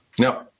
No